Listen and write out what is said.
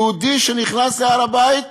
יהודי שנכנס להר-הבית